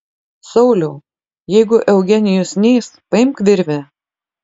sauliau jeigu eugenijus neis paimk virvę